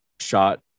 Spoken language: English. shot